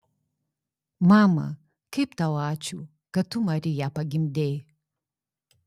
mama kaip tau ačiū kad tu mariją pagimdei